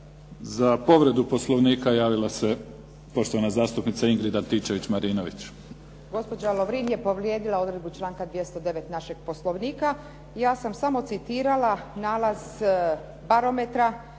Za povredu Poslovnika javila se poštovana zastupnica Ingrid Antičević-Marinović. **Antičević Marinović, Ingrid (SDP)** Gospođa Lovrin je povrijedila odredbu članka 209. našeg Poslovnika. Ja sam samo citirala nalaz barometra,